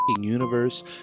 universe